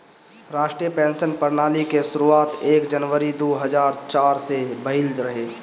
राष्ट्रीय पेंशन प्रणाली के शुरुआत एक जनवरी दू हज़ार चार में भईल रहे